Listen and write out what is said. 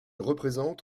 représente